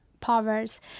powers